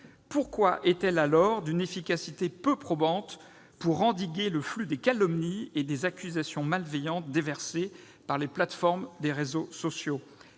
Pourquoi est-elle alors d'une efficacité peu probante pour endiguer le flux des calomnies et des accusations malveillantes déversées par les plateformes des réseaux sociaux ?